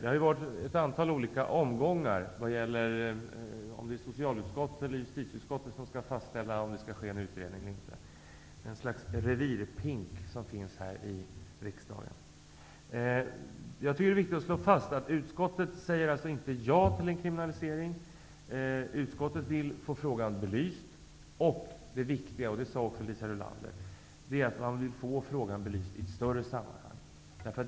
Det har ju förekommit ett antal olika omgångar i vad gäller om det är socialutskottet eller justitieutskottet som skall fastställa om det skall ske någon utredning eller ej -- ett slags revirpinkande som förekommer här i riksdagen. Det är viktigt att slå fast att utskottet inte säger ja till en kriminalisering utan vill få frågan belyst och -- det är viktigt -- precis som Liisa Rulander sade, att få frågan belyst i ett större sammanhang.